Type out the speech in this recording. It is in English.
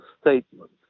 statement